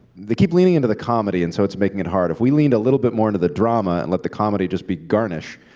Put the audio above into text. keep leaning into the comedy, and so it's making it harder. if we leaned a little bit more into the drama, and let the comedy just be garnish,